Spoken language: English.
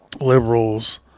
liberals